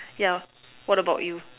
yeah what about you